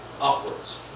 upwards